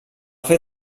fer